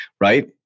right